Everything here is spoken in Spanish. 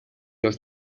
los